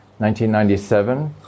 1997